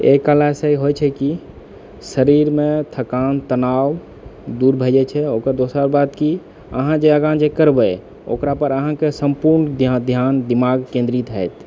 ई कएलासँ होइत छै कि शरीरमे थकान तनाव दूर भए जाइत छै ओकर दोसर बात की अहाँ जे आगाँ जे करबै ओकरापर अहाँकेँ सम्पूर्ण ध्यान दिमाग केन्द्रित हाएत